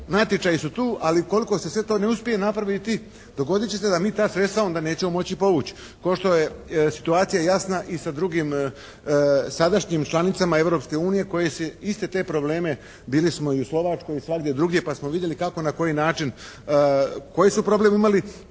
natječaji su tu, ali ukoliko se to sve ne uspije napraviti dogodit će se da mi ta sredstva onda nećemo moći povući, kao što je situacija jasna i sa drugim sadašnjim članicama Europske unije koje iste te probleme, bili smo u Slovačkoj i svagdje drugdje pa smo vidjeli kako i na koji način, koji su problem imali